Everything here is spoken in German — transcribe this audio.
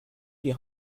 die